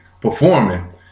performing